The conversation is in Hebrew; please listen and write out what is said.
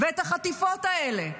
ואת החטיפות האלה.